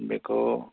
बेखौ